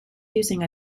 using